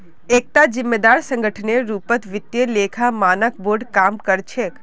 एकता जिम्मेदार संगठनेर रूपत वित्तीय लेखा मानक बोर्ड काम कर छेक